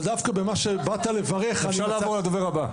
אבל דווקא במה שבאת לברך --- אפשר לעבור לדובר הבא.